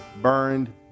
burned